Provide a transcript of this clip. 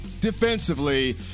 defensively